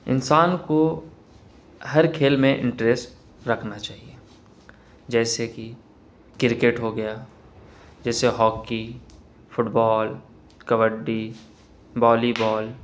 انسان کو ہر کھیل میں انٹریسٹ رکھنا چاہیے جیسے کہ کرکٹ ہو گیا جیسے ہاکی فٹ بال کبڈی والی بال